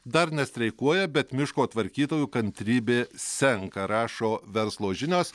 dar nestreikuoja bet miško tvarkytojų kantrybė senka rašo verslo žinios